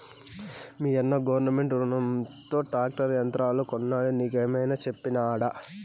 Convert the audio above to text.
మీయన్న గవర్నమెంట్ రునంతో ట్రాక్టర్ యంత్రాలు కొన్నాడు నీకేమైనా చెప్పినాడా